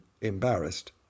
embarrassed